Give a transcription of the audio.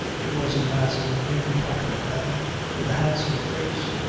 he was a massive, implacable man with a handsome face,